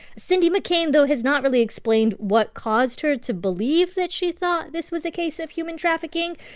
cindy mccain, though, has not really explained what caused her to believe that she thought this was a case of human trafficking.